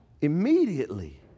Immediately